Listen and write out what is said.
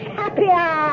happier